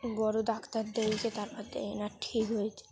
বড় ডাক্তার দেখিয়ে তার পর দিয়ে এনার ঠিক হয়েছে